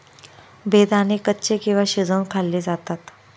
बेदाणे कच्चे किंवा शिजवुन खाल्ले जातात